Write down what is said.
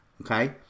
okay